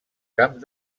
camps